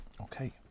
Okay